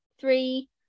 three